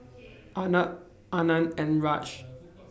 Arnab Anand and Raj